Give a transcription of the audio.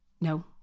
No